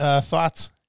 thoughts